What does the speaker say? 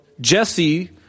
Jesse